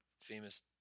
famous